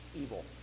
evil